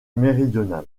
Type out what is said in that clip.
méridional